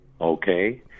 okay